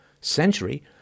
century